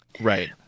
Right